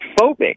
phobic